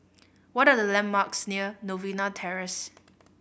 what are the landmarks near Novena Terrace